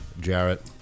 Jarrett